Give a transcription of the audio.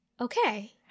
okay